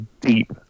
deep